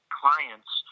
clients